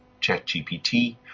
ChatGPT